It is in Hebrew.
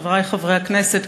חברי חברי הכנסת,